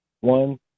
one